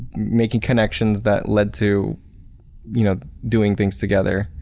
making connections that led to you know, doing things together.